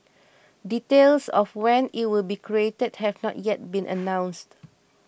details of when it will be created have not yet been announced